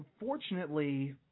unfortunately